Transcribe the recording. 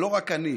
הרי לא רק אני,